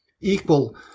equal